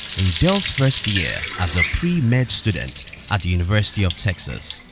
in dell's first year as a pre-med student at the university of texas,